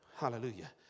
Hallelujah